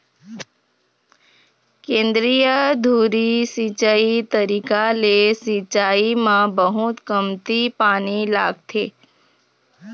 केंद्रीय धुरी सिंचई तरीका ले सिंचाई म बहुत कमती पानी लागथे